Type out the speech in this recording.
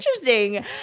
interesting